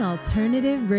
Alternative